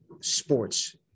sports